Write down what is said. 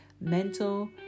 mental